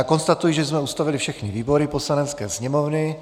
Konstatuji, že jsme ustavili všechny výbory Poslanecké sněmovny.